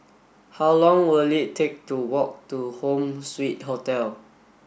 how long will it take to walk to Home Suite Hotel